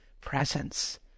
presence